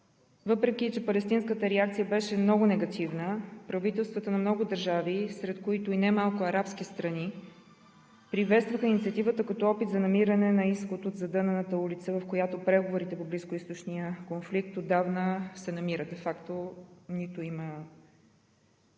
Въпреки че палестинската реакция беше много негативна, правителствата на много държави, сред които и немалко арабски страни, приветстваха инициативата като опит за намиране на изход от задънената улица, в която преговорите за близкоизточния конфликт отдавна се намират.